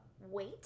wait